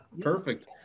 Perfect